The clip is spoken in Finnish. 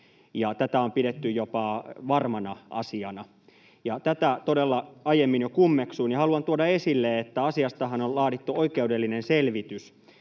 tätä on pidetty jopa varmana asiana. Tätä todella aiemmin jo kummeksuin ja haluan tuoda esille, että asiastahan on laadittu oikeudellinen selvitys,